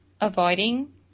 avoiding